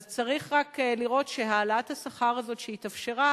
אז צריך רק לראות שהעלאת השכר הזאת שהתאפשרה